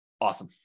Awesome